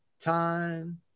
time